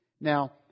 Now